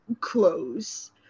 clothes